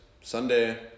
Sunday